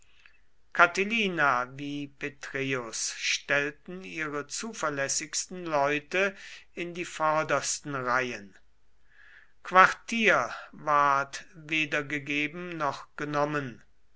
catilina wie petreius stellten ihre zuverlässigsten leute in die vordersten reihen quartier ward weder gegeben noch genommen